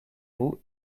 vous